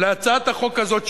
להצעת החוק הזאת,